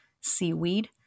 seaweed